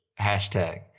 hashtag